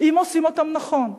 אם עושים אותם נכון.